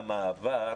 מענה שכרגע לא ניתן.